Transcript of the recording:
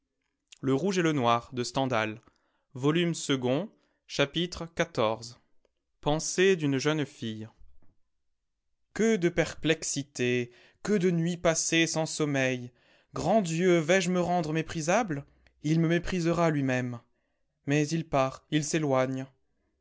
chapitre xiv pensées d'une jeune fille que de perplexités que de nuits passées sans sommeil grand dieu vais-je me rendre méprisable il me méprisera lui-même mais il part il s'éloigne